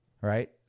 right